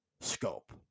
scope